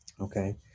Okay